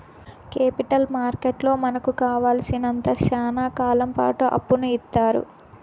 capital మార్కెట్లో మనకు కావాలసినంత శ్యానా కాలంపాటు అప్పును ఇత్తారు